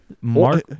Mark